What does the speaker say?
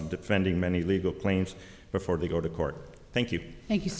of defending many legal claims before they go to court thank you thank you